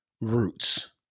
roots